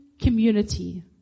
community